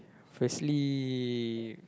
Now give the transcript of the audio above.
firstly